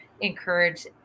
encourage